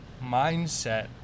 mindset